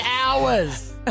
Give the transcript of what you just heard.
hours